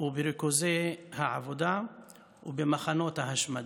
ובריכוזי העבודה ובמחנות ההשמדה.